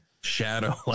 Shadow